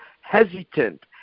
hesitant